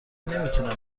نمیتونم